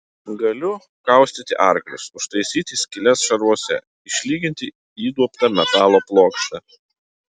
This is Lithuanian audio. galiu kaustyti arklius užtaisyti skyles šarvuose išlyginti įduobtą metalo plokštę